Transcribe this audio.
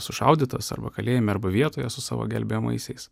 sušaudytas arba kalėjime arba vietoje su savo gelbėjamaisiais